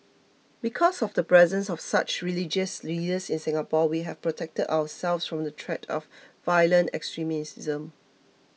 because of the presence of such religious leaders in Singapore we have protected ourselves from the threat of violent extremism